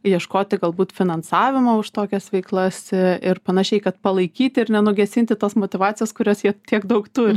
ieškoti galbūt finansavimo už tokias veiklas ir panašiai kad palaikyti ir nenugesinti tos motyvacijos kurios jie tiek daug turi